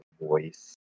voice